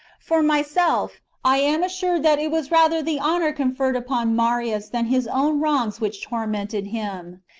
for myself, i am assured that it was rather the honour conferred upon marius than his own wrongs which tormented him,